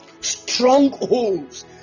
strongholds